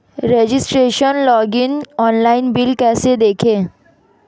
Registration login online bill कैसे देखें?